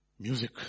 Music